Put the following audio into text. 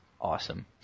awesome